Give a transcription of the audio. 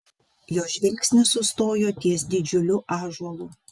jo žvilgsnis sustojo ties didžiuliu ąžuolu